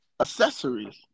accessories